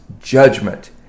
judgment